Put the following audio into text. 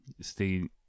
stay